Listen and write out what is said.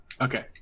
Okay